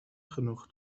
genoeg